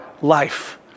life